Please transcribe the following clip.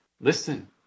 listen